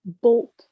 bolt